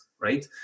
right